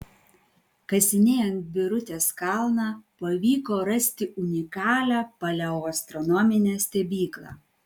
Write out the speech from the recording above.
kasinėjant birutės kalną pavyko rasti unikalią paleoastronominę stebyklą